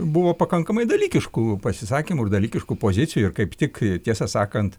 buvo pakankamai dalykiškų pasisakymų ir dalykiškų pozicijų ir kaip tik tiesą sakant